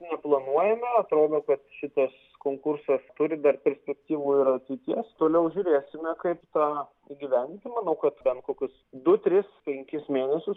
neplanuojame atrodo kad šitas konkursas turi dar perspektyvų ir ateities toliau žiūrėsime kaip tą įgyvendinti manau kad bent kokius du tris penkis mėnesius